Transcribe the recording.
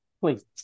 Please